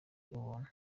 ubuntu